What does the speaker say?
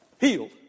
healed